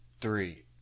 three